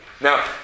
Now